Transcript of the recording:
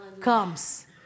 comes